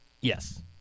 Yes